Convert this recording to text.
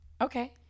Okay